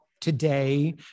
today